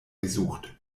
gesucht